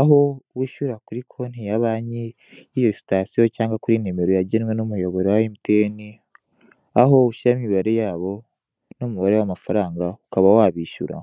aho wishyura kuri konte ya banki yiyo sitasiyo cyangwa kuri nimero yagenwe n'umuyoboro wa mtn, aho ushyiramo imibare yabo n'umubare w'amafaranga ukaba wabishyura.